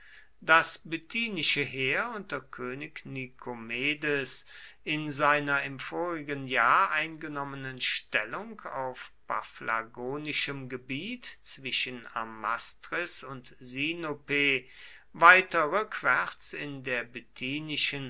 das bithynische heer unter könig nikomedes in seiner im vorigen jahr eingenommenen stellung auf paphlagonischem gebiet zwischen amastris und sinope weiter rückwärts in der